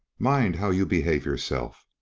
mind how you behave yourself,